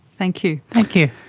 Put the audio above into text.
thank you. thank you.